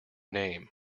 name